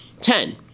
Ten